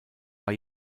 war